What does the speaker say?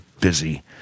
busy